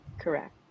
Correct